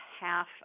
half